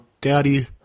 Daddy